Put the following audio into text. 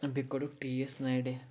بیٚیہِ کوٚڑُکھ ٹیٖس نَرِ